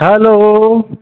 hello